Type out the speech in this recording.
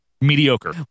mediocre